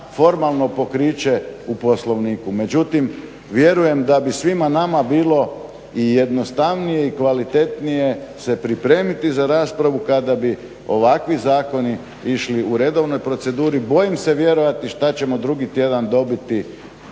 formalno pokriće u Poslovniku. Međutim vjerujem da bi svima nama bilo i jednostavnije i kvalitetnije se pripremiti za raspravu kada bi ovakvi zakoni išli u redovnoj proceduru. Bojim se vjerovati šta ćemo drugi tjedan dobiti